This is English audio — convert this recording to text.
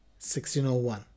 1601